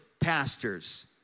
pastors